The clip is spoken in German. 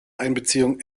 einbeziehung